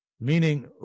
meaning